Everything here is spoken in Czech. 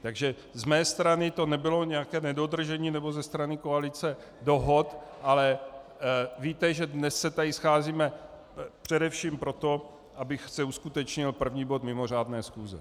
Takže z mé strany to nebylo nějaké nedodržení, nebo ze strany koalice, dohod, ale víte, že dnes se tady scházíme především proto, aby se uskutečnil první bod mimořádné schůze.